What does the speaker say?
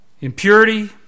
impurity